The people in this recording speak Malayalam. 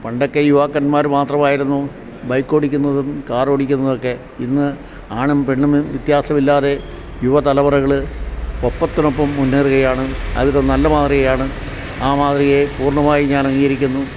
പണ്ടൊക്കെ യുവാക്കന്മാര് മാത്രമായിരുന്നു ബൈക്ക് ഓടിക്കുന്നതും കാർ ഓടിക്കുന്നതൊക്കെ ഇന്ന് ആണും പെണ്ണും വ്യത്യാസമില്ലാതെ യുവതലമുറകള് ഒപ്പത്തിനൊപ്പം മുന്നേറുകയാണ് അതൊരു നല്ല മാതൃകയാണ് ആ മാതൃകയെ പൂർണ്ണമായി ഞാൻ അംഗീകരിക്കുന്നു